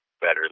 better